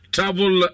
Travel